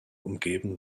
umgeben